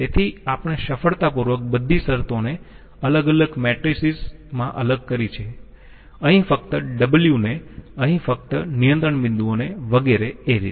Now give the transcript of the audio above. તેથી આપણે સફળતાપૂર્વક બધી શરતોને અલગ અલગ મેટ્રિસીસ માં અલગ કરી છે અહીં ફક્ત W ને અહીં ફક્ત નિયંત્રણ બિંદુઓ ને વગેરે એ રીતે